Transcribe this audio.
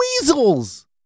weasels